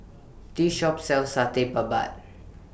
This Shop sells Satay Babat